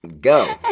Go